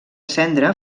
cendra